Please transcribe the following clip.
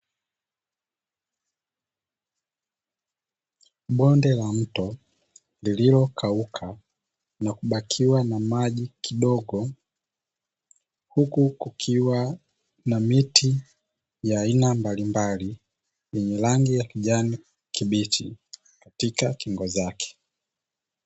Bonde la mto lililokauka na kubakiwa na maji kidogo, huku kukiwa na miti ya aina mbalimbali. Yenye rangi ya kijani kibichi katika kingo zake.